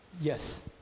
Yes